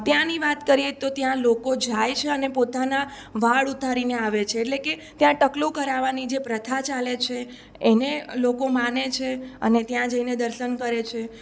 ત્યાંની વાત કરીએ તો ત્યાં લોકો જાય છે અને પોતાના વાળ ઉતારીને આવે છે એટલે કે ત્યાં ટકલું કરાવાની જે પ્રથા ચાલે છે એને લોકો માને છે અને ત્યાં જઈને દર્શન કરે છે